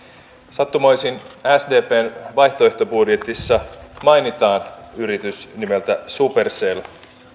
sattumoisin sdpn vaihtoehtobudjetissa mainitaan yritys nimeltä supercell